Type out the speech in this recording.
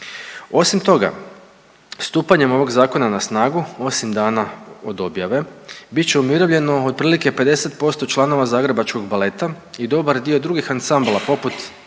Osim toga, stupanjem ovog zakona na snagu 8 dana od objave bit će umirovljeno otprilike 50% članova zagrebačkog baleta i dobar dio drugih ansambala poput